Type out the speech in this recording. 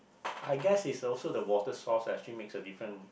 I guess it's also the water source that actually makes a difference